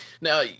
now